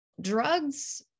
drugs